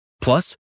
Plus